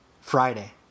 Friday